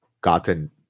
gotten